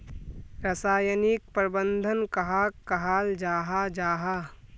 रासायनिक प्रबंधन कहाक कहाल जाहा जाहा?